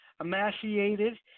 emaciated